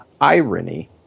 Irony